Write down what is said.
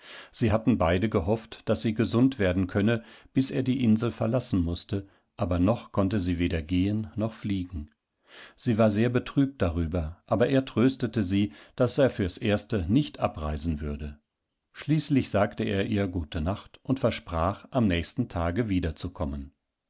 sie aufgesucht hatte seitdem hatteerihrbeständigfuttergebracht siehattenbeidegehofft daßsiegesund werden könne bis er die insel verlassen mußte aber noch konnte sie weder gehen noch fliegen sie war sehr betrübt darüber aber er tröstete sie daß er fürs erste nicht abreisen würde schließlich sagte er ihr gutenacht und versprach amnächstentagewiederzukommen der junge